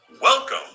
Welcome